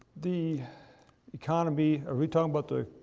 the economy. are we talking about the